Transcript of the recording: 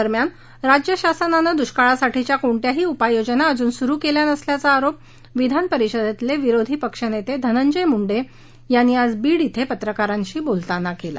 दरम्यान राज्यशासनानं दृष्काळासाठीच्या कोणत्याही उपाययोजनाअजून सुरू केल्या नसल्याचा आरोप विधान परिषदेतले विरोधीपक्ष नेते धनंजय मुंडे यांनी आज बीड क्रि पत्रकारांशीबोलताना केला